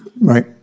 right